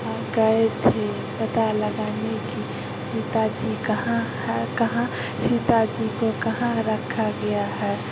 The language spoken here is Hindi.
हाँ गए थे पता लगाने कि सीता जी कहाँ है कहाँ सीता जी को कहाँ रखा गया है